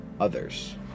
Others